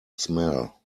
smell